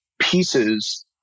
pieces